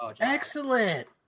Excellent